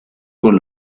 con